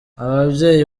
ababyeyi